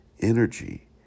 energy